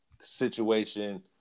situation